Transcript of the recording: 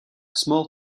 small